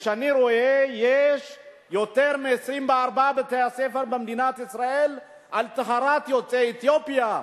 אני רואה שיש יותר מ-24 בתי-ספר במדינת ישראל על טהרת יוצאי אתיופיה.